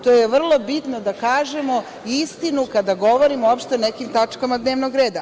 To je vrlo bitno da kažemo istinu, kada govorimo uopšte o nekim tačkama dnevnog reda.